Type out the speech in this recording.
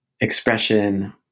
expression